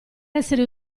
essere